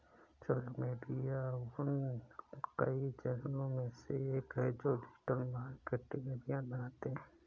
social media उन कई चैनलों में से एक है जो डिजिटल मार्केटिंग अभियान बनाते हैं